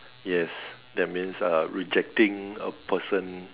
yes that means uh rejecting a person